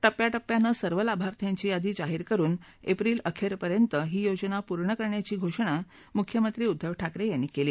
टप्प्याटप्प्याने सर्व लाभार्थ्यांची यादी जाहीर करून एप्रिल अखेरपर्यंत ही योजना पूर्ण करण्याची घोषणा मुख्यमंत्री उद्धव ठाकरे यांनी केली